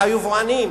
את היבואנים